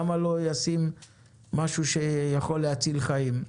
למה שלא ישים משהו שיכול להציל חיים?